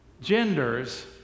genders